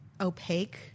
opaque